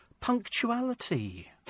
punctuality